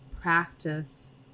practice